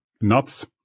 nuts